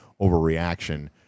overreaction